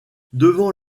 devant